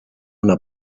una